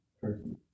person